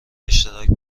اشتراک